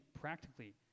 practically